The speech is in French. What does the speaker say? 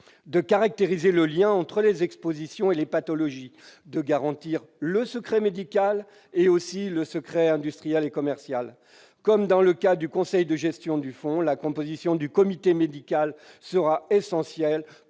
de caractériser le lien entre les expositions et les pathologies, de garantir le secret médical ainsi que le secret industriel et commercial. Comme dans le cas du conseil de gestion du fonds, la composition de la commission médicale sera essentielle